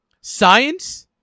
Science